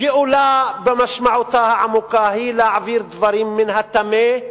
גאולה במשמעותה העמוקה היא להעביר דברים מן הטמא,